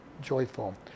joyful